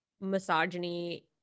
misogyny